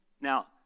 Now